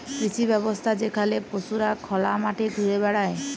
কৃষি ব্যবস্থা যেখালে পশুরা খলা মাঠে ঘুরে বেড়ায়